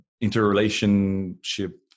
interrelationship